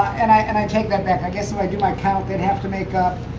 and i and i take that back. i guess if i do my count, they'd have to make up